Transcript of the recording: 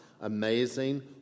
amazing